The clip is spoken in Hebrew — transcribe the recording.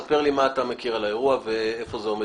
ספר לי מה אתה מכיר על האירוע ואיפה זה עומד